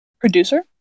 Producer